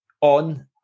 on